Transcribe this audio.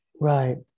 right